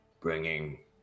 Bringing